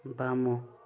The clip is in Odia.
ବାମ